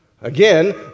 Again